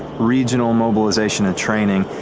regional mobilization and training,